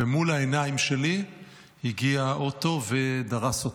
ומול העיניים שלי הגיע אוטו ודרס אותו.